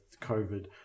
COVID